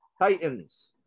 Titans